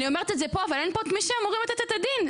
אני אומרת את זה פה אבל אין פה את מי שאמורים לתת את הדין.